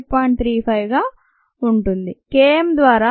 35 గా ఉంటుంది k m ద్వారా 58